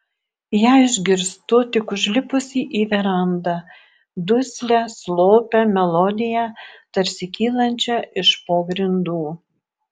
ją išgirstu tik užlipusi į verandą duslią slopią melodiją tarsi kylančią iš po grindų